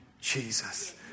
Jesus